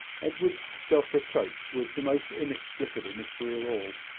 edward's self-reproach was the most inexplicable mystery of all.